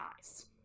eyes